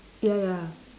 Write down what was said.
ya ya